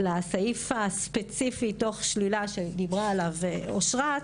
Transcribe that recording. לסעיף הספציפי, תוך שלילה, שדיברה עליו אשרת,